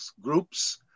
groups